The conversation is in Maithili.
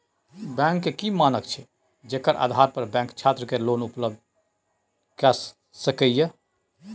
बैंक के की मानक छै जेकर आधार पर बैंक छात्र के लोन उपलब्ध करय सके ये?